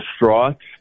distraught